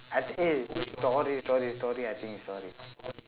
I think eh story story story I think it's story